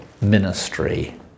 ministry